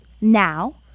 Now